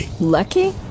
Lucky